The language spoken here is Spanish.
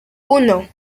uno